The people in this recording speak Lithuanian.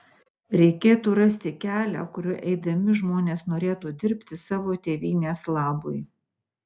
reikėtų rasti kelią kuriuo eidami žmonės norėtų dirbti savo tėvynės labui